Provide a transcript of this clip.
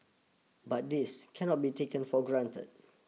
but this cannot be taken for granted